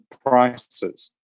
prices